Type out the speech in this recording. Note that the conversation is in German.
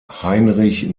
heinrich